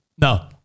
No